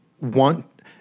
want